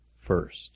first